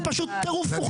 זה פשוט טירוף מוחלט.